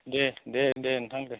दे दे दे नोंथां दे